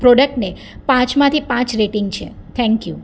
પ્રોડ્કટને પાંચમાંથી પાંચ રેટિંગ છે થેન્ક યુ